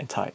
and type